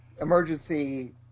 emergency